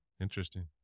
Interesting